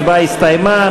ההצבעה הסתיימה.